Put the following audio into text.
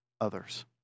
others